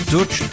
Dutch